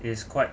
is quite